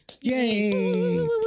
Yay